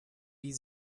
wie